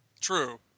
True